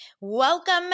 Welcome